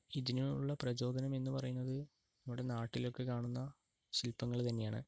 ഇതിനുള്ള പ്രചോദനം എന്ന് പറയുന്നത് നമ്മുടെ നാട്ടിലൊക്കെ കാണുന്ന ശില്പങ്ങള് തന്നെയാണ്